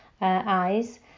eyes